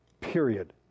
Period